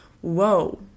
whoa